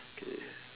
okay